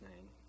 name